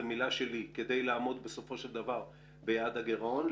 זו מילה שלי כדי לעמוד בסופו של דבר ביעד הגירעון.